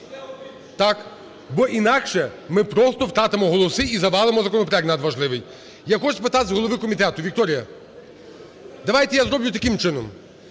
Так, бо інакше ми втратимо голоси і завалимо законопроект надважливий. Я хочу запитати в голови комітету. Вікторія, давайте я зроблю таким чином: